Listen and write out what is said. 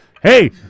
Hey